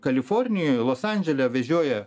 kalifornijoj los andžele vežioja